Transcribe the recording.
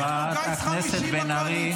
חברת הכנסת בן ארי.